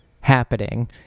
happening